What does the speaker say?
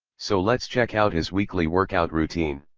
so lets checkout his weekly workout routine.